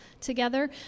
together